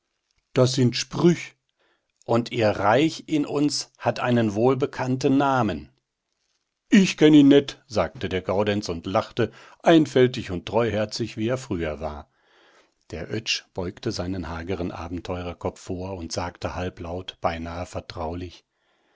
das sind sprüch und ihr reich in uns hat einen wohlbekannten namen ich kenn ihn net sagte der gaudenz und lachte einfältig und treuherzig wie er früher war der oetsch beugte seinen hageren abenteurerkopf vor und sagte halblaut beinahe vertraulich